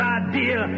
idea